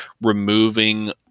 removing